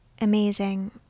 Amazing